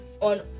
on